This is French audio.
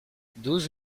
douze